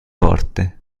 porte